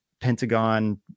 Pentagon